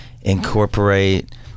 incorporate